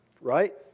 right